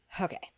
Okay